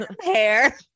hair